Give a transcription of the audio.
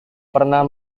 pernah